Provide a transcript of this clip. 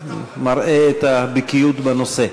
מראה את הבקיאות בנושא.